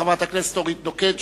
חברת הכנסת אורית נוקד,